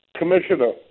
Commissioner